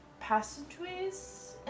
Passageways